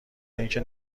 اینکه